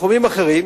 תחומים אחרים,